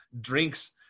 drinks